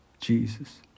Jesus